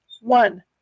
One